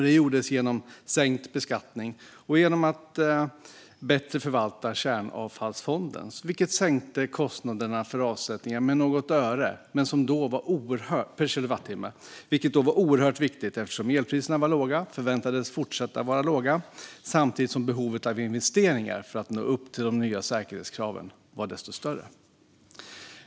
Det gjordes genom sänkt beskattning och genom att bättre förvalta Kärnavfallsfonden, vilket sänkte kostnaderna för avsättningar med något öre per kilowattimme. Det var oerhört viktigt eftersom elpriserna var låga, och förväntades fortsätta att vara låga, samtidigt som behovet av investeringar för att nå upp till de nya säkerhetskraven var desto större.